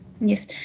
Yes